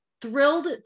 thrilled